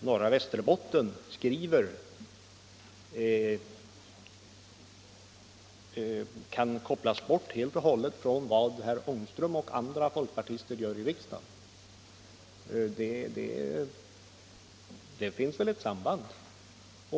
Norra Västerbotten skriver kan kopplas bort helt och hållet från vad herr Ångström och andra folkpartister gör i riksdagen. Där finns väl ett samband.